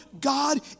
God